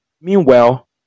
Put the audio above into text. Meanwhile